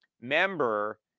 member